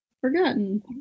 Forgotten